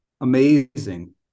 amazing